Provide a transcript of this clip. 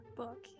book